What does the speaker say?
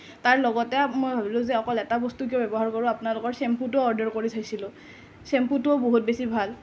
তাৰ লগতে মই ভাবিলোঁ যে এটা বস্তু কিয় ব্যৱহাৰ কৰোঁ আপোনালোকৰ চেম্পুটো অৰ্ডাৰ কৰি চাইছিলোঁ চেম্পুটোও বহুত বেছি ভাল